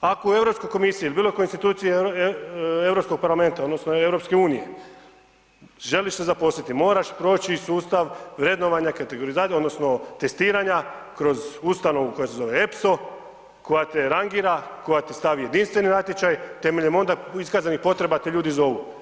Ako u Europskoj komisiji ili bilo kojoj instituciji Europskog parlamenta odnosno EU želiš se zaposliti, moraš proći sustav vrednovanja, kategorizacije odnosno testiranja kroz ustanovu koja se zove Epso, koja te rangira, koja ti stavi jedinstveni natječaj, temeljem onda iskazanih potreba te ljudi zovu.